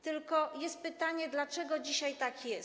Tylko jest pytanie, dlaczego dzisiaj tak jest.